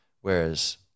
Whereas